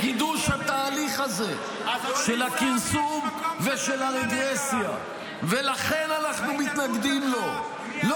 -- לחידוש התהליך הזה של הכרסום ושל הרגרסיה -- לא לכולם יש